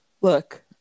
Look